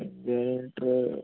പതിനഞ്ചായിരം ലിറ്റർ